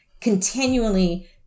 continually